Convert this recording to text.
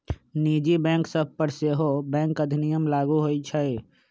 निजी बैंक सभ पर सेहो बैंक अधिनियम लागू होइ छइ